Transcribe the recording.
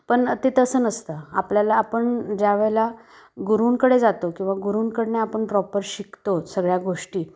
पण ते तसं नसतं आपल्याला आपण ज्यावेळेला गुरुंकडे जातो किंवा गुरुंकडनं आपण प्रॉपर शिकतो सगळ्या गोष्टी